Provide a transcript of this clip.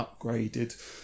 upgraded